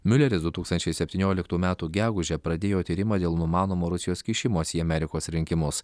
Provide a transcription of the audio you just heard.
miuleris du tūkstančiai septynioliktų metų gegužę pradėjo tyrimą dėl numanomo rusijos kišimosi į amerikos rinkimus